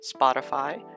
Spotify